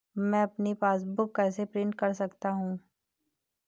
मैं अपनी पासबुक कैसे प्रिंट कर सकता हूँ?